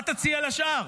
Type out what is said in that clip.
מה תציע לשאר?